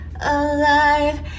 alive